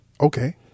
Okay